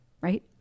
right